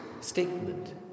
statement